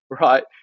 right